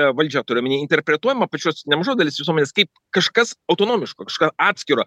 valdžia turiu omeny interpretuojama pačios nemažos dalies visuomenės kaip kažkas autonomiško kažkas atskiro